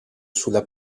sulla